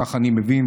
כך אני מבין,